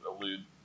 elude